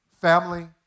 family